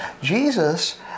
Jesus